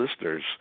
listeners